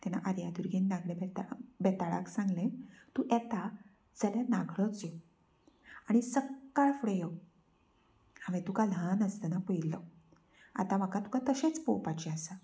तेन्ना आर्यादुर्गेन नागडे बेताळा बेताळाक सांगलें तूं येता जाल्या नागडोच यो आनी सक्काळ फुडें यो हांवें तुका ल्हान आसतना पळयिल्लो आतां म्हाका तुका तशेंच पळोवपाचें आसा